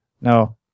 no